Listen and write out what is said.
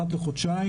אחת לחודשיים,